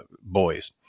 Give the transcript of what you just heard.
boys